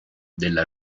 della